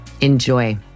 Enjoy